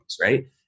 right